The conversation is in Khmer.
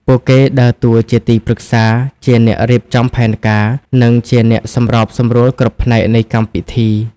ពួកគេដើរតួជាទីប្រឹក្សា ជាអ្នករៀបចំផែនការ និងជាអ្នកសម្របសម្រួលគ្រប់ផ្នែកនៃកម្មពិធី។